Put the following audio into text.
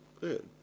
Good